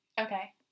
Okay